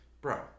Bro